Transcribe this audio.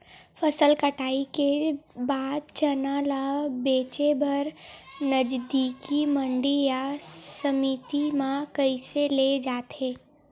फसल कटाई के बाद चना ला बेचे बर नजदीकी मंडी या समिति मा कइसे ले जाथे?